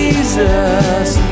Jesus